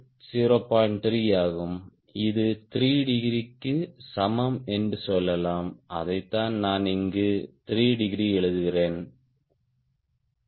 3 ஆகும் இது 3 டிகிரிக்கு சமம் என்று சொல்லலாம் அதைத்தான் நான் இங்கு 3 டிகிரி எழுதுகிறேன்